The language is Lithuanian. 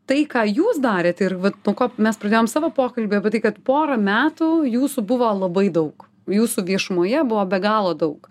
tai ką jūs darėte ir vat nuo ko mes pradėjom savo pokalbį apie tai kad porą metų jūsų buvo labai daug jūsų viešumoje buvo be galo daug